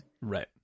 Right